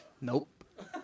Nope